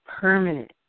permanent